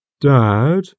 Dad